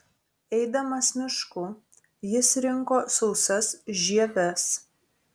eidamas mišku jis rinko sausas žieves